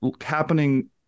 happening